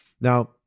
Now